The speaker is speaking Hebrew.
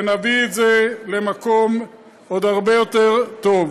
ונביא את זה למקום עוד הרבה יותר טוב.